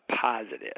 positive